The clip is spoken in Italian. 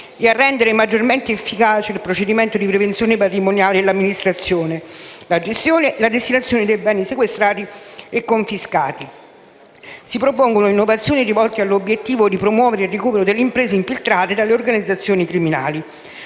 e a rendere maggiormente efficace il procedimento di prevenzione patrimoniale e l'amministrazione, la gestione e la destinazione dei beni sequestrati e confiscati. Si propongono innovazioni rivolte all'obiettivo di promuovere il recupero delle imprese infiltrate dalle organizzazioni criminali.